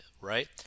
Right